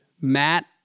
Matt